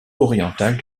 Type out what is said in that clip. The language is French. orientale